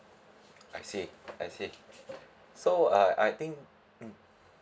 I see I see so uh I think mm